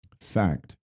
Fact